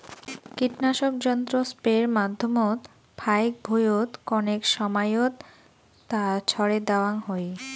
কীটনাশক যন্ত্র স্প্রের মাধ্যমত ফাইক ভুঁইয়ত কণেক সমাইয়ত তা ছড়ে দ্যাওয়াং হই